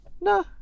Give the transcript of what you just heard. No